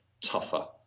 tougher